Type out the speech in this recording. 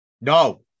No